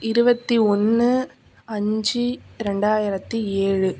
இருபத்தி ஒன்று அஞ்சு ரெண்டாயிரத்தி ஏழு